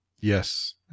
Yes